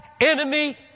enemy